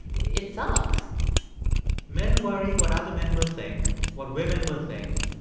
it sucks men worry what other men will think, what women will think,